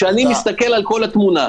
כשאני מסתכל על כל התמונה,